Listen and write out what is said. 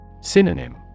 Synonym